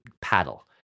Paddle